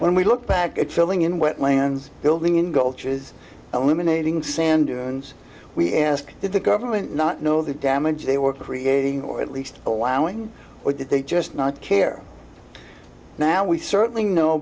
when we look back at filling in wetlands building in gulches eliminating sand dunes we ask that the government not know the damage they were creating or at least allowing or did they just not care now we certainly know